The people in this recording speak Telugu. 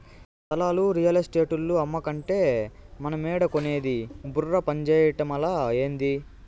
స్థలాలు రియల్ ఎస్టేటోల్లు అమ్మకంటే మనమేడ కొనేది బుర్ర పంజేయటమలా, ఏంది